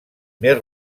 més